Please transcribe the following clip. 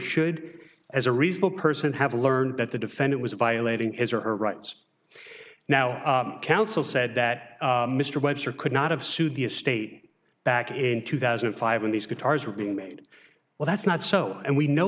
should as a reasonable person have learned that the defendant was violating his or her rights now counsel said that mr webster could not have sued the state back in two thousand and five when these guitars were being made well that's not so and we know